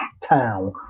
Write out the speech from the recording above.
town